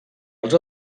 els